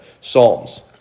Psalms